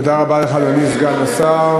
זמנים, תודה רבה לך, אדוני סגן השר.